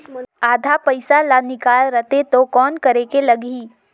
आधा पइसा ला निकाल रतें तो कौन करेके लगही?